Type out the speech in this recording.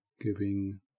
giving